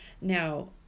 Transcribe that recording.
Now